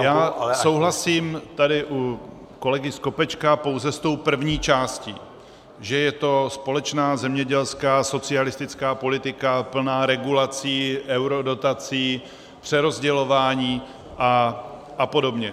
Já souhlasím tady u kolegy Skopečka pouze s tou první částí, že je to společná zemědělská socialistická politika plná regulací, eurodotací, přerozdělování apod.